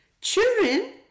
Children